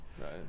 right